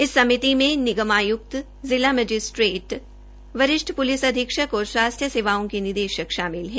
इस समिति मे नगर निगम आयुक्त जिला मैजिस्ट्रेट वरिष्ठ प्लिस अधीक्षक और स्वास्थ्य सेवाओं के निदेशक शामिल है